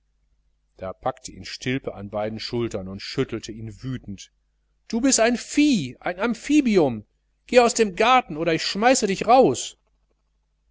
da packte ihn stilpe an beiden schultern und schüttelte ihn wütend du bist ein vieh ein amphibium geh aus dem garten oder ich schmeiße dich naus